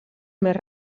més